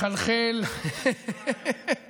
ומחלחל, אדוני היושב-ראש, הודעה אישית.